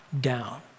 down